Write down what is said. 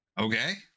okay